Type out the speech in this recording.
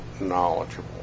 knowledgeable